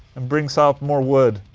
and brings out more wood.